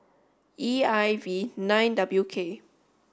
E I V nine W K